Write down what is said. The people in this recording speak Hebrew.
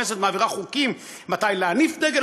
הכנסת מעבירה חוקים מתי להניף דגל,